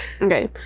okay